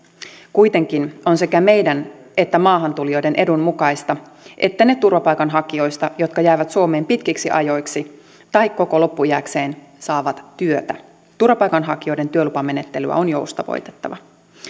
kuitenkin on sekä meidän että maahantulijoiden edun mukaista että ne turvapaikanhakijoista jotka jäävät suomeen pitkiksi ajoiksi tai koko loppuiäkseen saavat työtä turvapaikanhakijoiden työlupamenettelyä on joustavoitettava